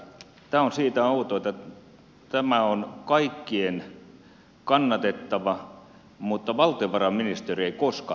tämä on siitä outo että tämä on kaikkien kannattama mutta valtiovarainministeriö ei koskaan kannata tätä